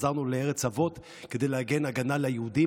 חזרנו לארץ אבות כדי להגן על היהודים,